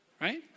right